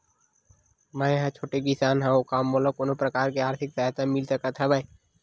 मै ह छोटे किसान हंव का मोला कोनो प्रकार के आर्थिक सहायता मिल सकत हवय?